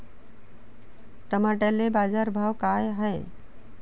टमाट्याले बाजारभाव काय हाय?